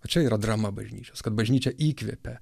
va čia yra drama bažnyčios kad bažnyčia įkvėpia